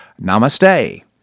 Namaste